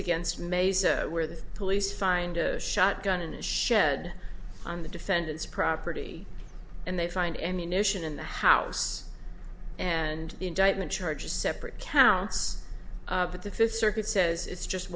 against mayes where the police find a shotgun in a shed on the defendant's property and they find any nation in the house and the indictment charges separate counts but the fifth circuit says it's just